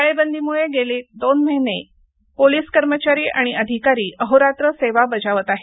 टाळेबंदीमुळे गेली दोन महिने पोलिस कर्मचारी आणि अधिकारी अहोरात्र सेवा बजावत आहेत